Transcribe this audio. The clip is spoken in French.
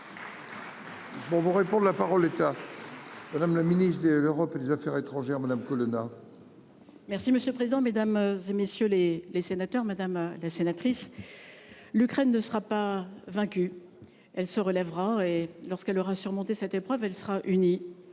On vous réponde la parole état. Madame le ministre de l'Europe et des Affaires étrangères, madame Colonna. Merci monsieur le président, Mesdames, et messieurs les les sénateurs, madame la sénatrice. L'Ukraine ne sera pas vaincu. Elle se relèvera et lorsqu'elle aura surmonté cette épreuve elle sera unie